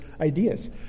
ideas